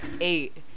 eight